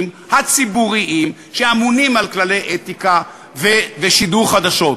הציבוריים שאמונים על כללי אתיקה ושידור חדשות.